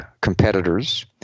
competitors